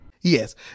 Yes